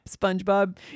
SpongeBob